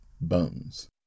bones